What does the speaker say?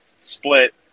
split